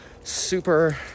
super